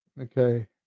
Okay